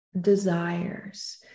desires